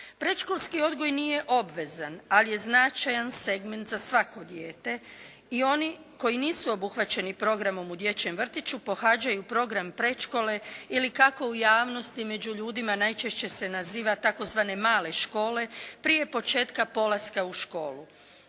Predškolski odgoj nije obvezan, ali je značajan segment za svako dijete. I oni koji nisu obuhvaćeni programom u dječjem vrtiću pohađaju program predškole ili kako u javnosti među ljudima najčešće se naziva tzv. "male škole" prije početka polaska u školu.